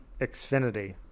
xfinity